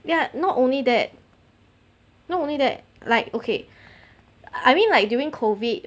ya not only that not only that like okay I mean like during COVID